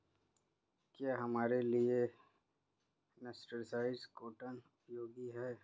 क्या हमारे लिए मर्सराइज्ड कॉटन उपयोगी है?